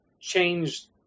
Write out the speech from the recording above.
changed